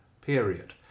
Period